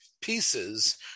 pieces